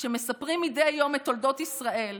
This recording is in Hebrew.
שמספרים מדי יום את תולדות ישראל,